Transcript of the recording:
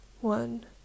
One